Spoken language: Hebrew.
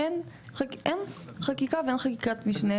אין חקיקה ואין חקיקת משנה בנושא.